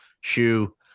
shoe